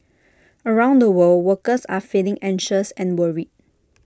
around the world workers are feeling anxious and worried